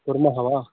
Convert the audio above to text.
कुर्मः वा